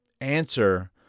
answer